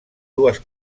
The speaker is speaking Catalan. dues